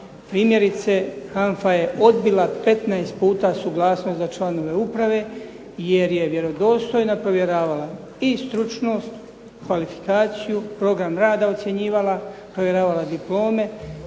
Primjerice HANFA je odbila 15 puta suglasnost za članove uprave jer je vjerodostojno provjeravala i stručnost, kvalifikaciju, program rada ocjenjivala, provjeravala diplome,